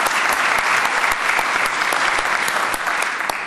(מחיאות כפיים)